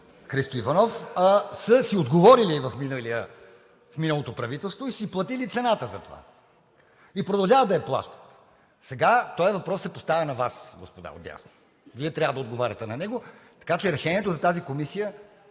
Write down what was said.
Христо Иванов, са си отговорили в миналото правителство и са си платили цената за това, и продължават да я плащат. Сега този въпрос се поставя на Вас, господа отдясно, Вие трябва да отговаряте на него, така че решението за тази комисия